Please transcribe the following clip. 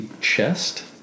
chest